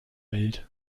welt